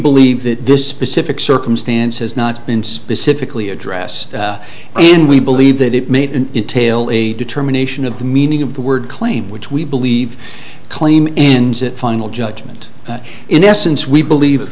believe that this specific circumstance has not been specifically addressed and we believe that it made an entailed a determination of the meaning of the word claim which we believe claim and that final judgment in essence we believe